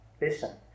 listen